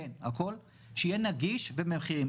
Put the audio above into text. כן, הכול, שיהיה נגיש במחירים.